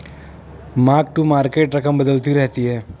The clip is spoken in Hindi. मार्क टू मार्केट रकम बदलती रहती है